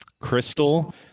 Crystal